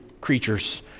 creatures